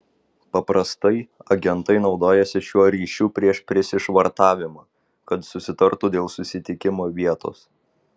paprastai agentai naudojasi šiuo ryšiu prieš prisišvartavimą kad susitartų dėl susitikimo vietos